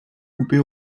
coupée